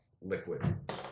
liquid